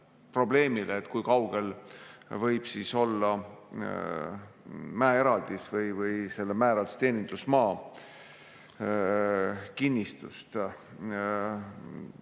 probleemile, et kui kaugel võib olla mäeeraldis või selle mäeeraldise teenindusmaa kinnistust,